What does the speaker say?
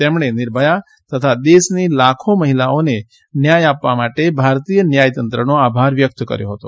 તેમણે નિર્ભયા તથા દેશની લાખો મહિલાઓને ન્યાય આપવા માટે ભારતીય ન્યાયતંત્રનો આભાર વ્યક્ત કર્યો હતો